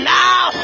now